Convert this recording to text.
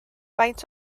faint